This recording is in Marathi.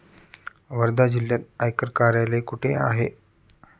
वर्धा जिल्ह्यात आयकर कार्यालय कुठे आहे?